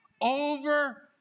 over